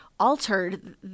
altered